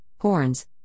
horns